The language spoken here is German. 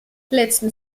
letzten